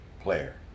player